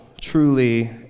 truly